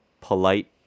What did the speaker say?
polite